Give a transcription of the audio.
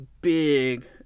big